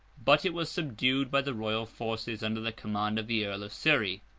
but it was subdued by the royal forces, under the command of the earl of surrey.